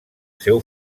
seu